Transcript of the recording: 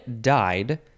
died